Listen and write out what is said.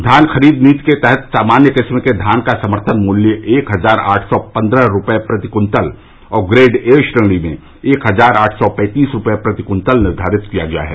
धान खरीद नीति के तहत सामान्य किस्म के धान का समर्थन मूल्य एक हजार आठ सौ पन्द्रह रूपये प्रति कृत्तल और ग्रेड ए श्रेणी में एक हजार आठ सौ पैंतीस रूपये प्रति कृत्तल निर्धारित किया गया है